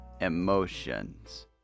emotions